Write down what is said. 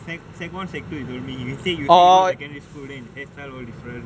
secondary one secondary two you told me you said you said he go secondary school his hair style all different